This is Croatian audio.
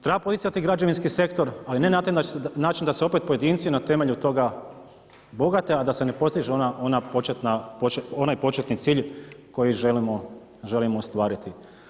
Treba poticati građevinski sektor ali ne na taj način da se opet pojedinci na temelju toga bogate a da se ne postiže onaj početni cilj koji želimo ostvariti.